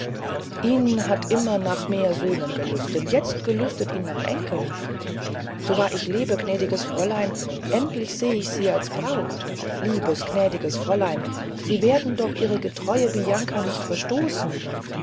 ihn hat immer nach mehr söhnen gelüstet jetzt gelüstet ihn nach enkeln so wahr ich lebe gnädiges fräulein endlich seh ich sie als braut liebes gnädiges fräulein sie werden doch ihre getreue bianca nicht verstoßen